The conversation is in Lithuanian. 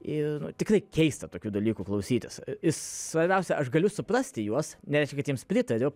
ir tikrai keista tokių dalykų klausytis svarbiausia aš galiu suprasti juos nereiškia kad jiems pritariu